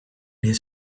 his